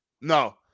no